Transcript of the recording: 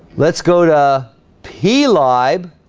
let's go to p like libe